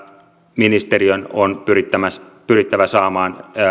ministeriön on pyrittävä pyrittävä saamaan